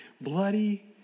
bloody